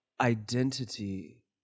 identity